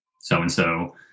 so-and-so